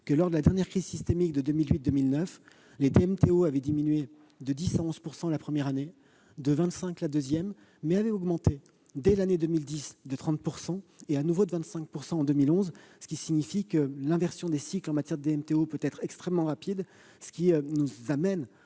que, lors de la dernière crise systémique de 2008-2009, les DMTO avaient diminué de 10 à 11 % la première année et de 25 % la deuxième année, mais qu'ils avaient augmenté de 30 % dès 2010 et de nouveau de 25 % en 2011. Autrement dit, l'inversion des cycles en matière de DMTO peut être extrêmement rapide, ce qui nous amène